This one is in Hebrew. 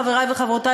חברי וחברותי,